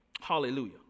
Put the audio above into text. Hallelujah